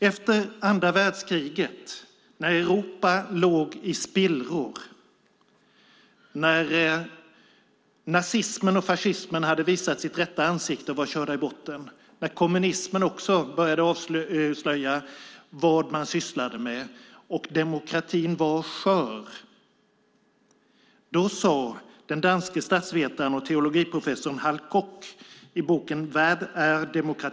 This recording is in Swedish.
Efter andra världskriget när Europa låg i spillror, när nazismen och fascismen hade visat sitt rätta ansikte och var körda i botten, när kommunismen började avslöja vad man sysslade med och demokratin var skör sade den danske statsvetaren och teologiprofessorn Hal Koch i boken Hvad er demokrati?